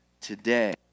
today